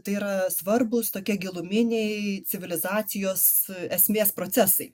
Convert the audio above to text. tai yra svarbūs tokie giluminiai civilizacijos esmės procesai